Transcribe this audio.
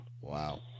Wow